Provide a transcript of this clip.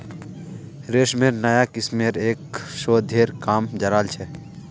रेशमेर नाया किस्मेर पर शोध्येर काम कराल जा छ